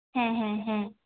ᱦᱮᱸ ᱦᱮᱸ ᱦᱮᱸ